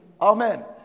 Amen